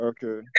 Okay